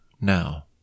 now